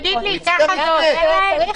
לא תיתן להם כלום?